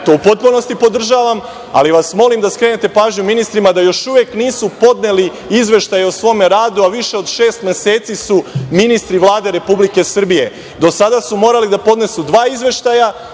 to u potpunosti podržavam, ali vas molim da skrenete pažnju ministrima da još uvek nisu podneli izveštaj o svome radu, a više od šest meseci su ministri Vlade Republike Srbije. Do sada su morali da podnesu dva izveštaja,